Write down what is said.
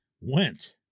went